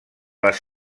les